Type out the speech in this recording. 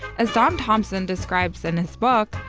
as don thompson describes in his book,